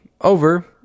over